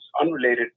unrelated